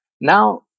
Now